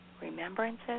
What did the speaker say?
remembrances